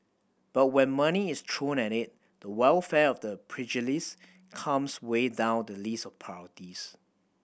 but when money is thrown at it the welfare of the pugilists comes way down the list of priorities